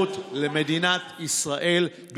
התיירות, למדינת ישראל?